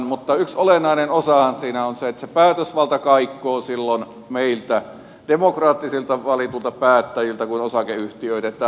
mutta yksi olennainen osahan siinä on se että se päätösvalta kaikkoaa silloin meiltä demokraattisesti valituilta päättäjiltä kun osakeyhtiöitetään